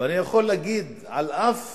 ואני יכול להגיד, על אף